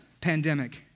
pandemic